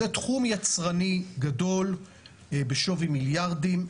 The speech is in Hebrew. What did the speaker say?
זה תחום יצרני גדול בשווי מיליארדים,